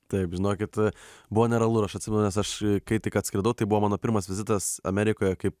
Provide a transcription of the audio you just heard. taip žinokit buvo nerealu ir aš atsimenu nes aš kai tik atskridau tai buvo mano pirmas vizitas amerikoje kaip